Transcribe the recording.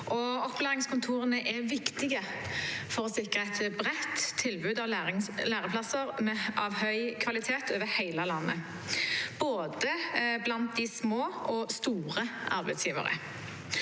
Opplæringskontorene er viktige for å sikre et bredt tilbud av læreplasser av høy kvalitet over hele landet blant både små og store arbeidsgivere.